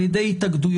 על ידי התאגדויות.